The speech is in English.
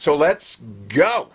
so let's go